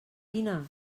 vine